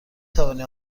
توانی